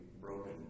broken